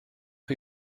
chi